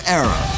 era